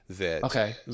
Okay